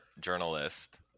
journalist